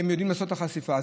הם יודעים לעשות את החשיפה.